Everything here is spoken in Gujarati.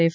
એફ